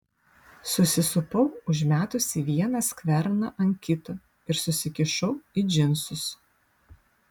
susisupau užmetusi vieną skverną ant kito ir susikišau į džinsus